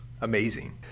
Amazing